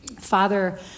Father